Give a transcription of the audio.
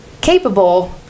capable